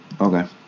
okay